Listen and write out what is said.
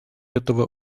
этого